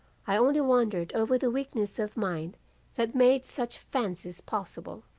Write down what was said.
i only wondered over the weakness of mind that made such fancies possible.